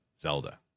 Zelda